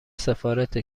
سفارت